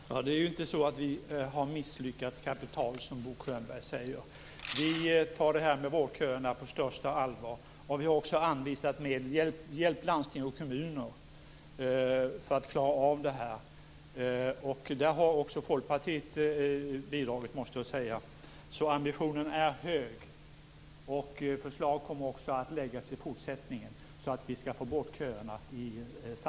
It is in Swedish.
Herr talman! Det är ju inte så att vi har misslyckats kapitalt, som Bo Könberg säger. Vi tar detta med vårdköerna på största allvar. Vi har också hjälpt landsting och kommuner för att de skall klara av vårdköerna. Här har också folkpartiet bidragit, måste jag säga. Så ambitionen är hög. Förslag kommer också att läggas fram i fortsättningen för att vi skall få bort köerna.